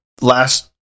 last